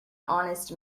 honest